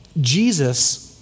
Jesus